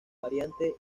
variante